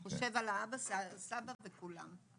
חושב על האבא, סבא וכולם.